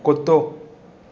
कुतो